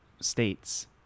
states